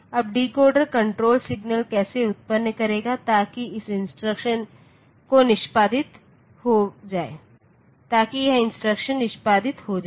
अब decoder control signal कैसे उत्पन्न करेगा ताकि यह इंस्ट्रक्शन निष्पादित हो जाए